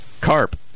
Carp